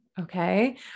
Okay